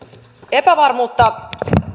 epävarmuutta